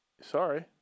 Sorry